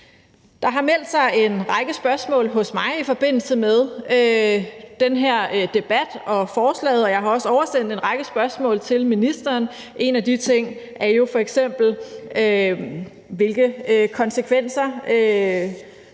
Der har meldt sig en række spørgsmål hos mig i forbindelse med den her debat og forslaget, og jeg har også oversendt en række spørgsmål til ministeren, og en af de ting er jo f.eks., hvilke konsekvenser